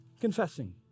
confessing